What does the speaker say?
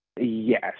Yes